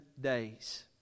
days